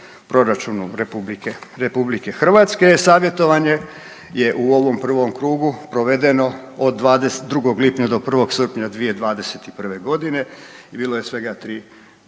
proračunu Republike Hrvatske. E-savjetovanje je u ovom prvom krugu provedeno od 22. lipnja 1. srpnja 2021. godine i bilo je svega tri